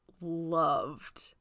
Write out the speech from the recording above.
loved